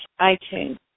iTunes